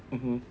mmhmm